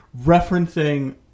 referencing